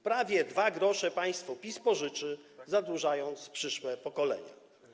Prawie 2 gr państwo PiS pożyczy, zadłużając przyszłe pokolenia.